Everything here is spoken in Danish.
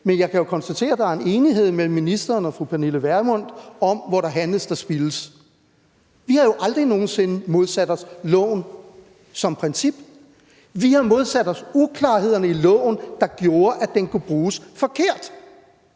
men jeg kan jo konstatere, at der er en enighed mellem ministeren og fru Pernille Vermund om, at hvor der handles, der spildes. Vi har jo aldrig nogen sinde modsat os loven som princip. Vi har modsat os uklarhederne i loven, der gjorde, at den kunne bruges forkert,